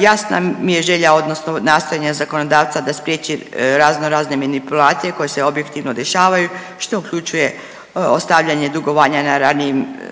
Jasna mi je želja, odnosno nastojanje zakonodavca da spriječi razno razne manipulacije koje se objektivno dešavaju što uključuje ostavljanje dugovanja na ranijim